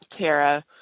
Tara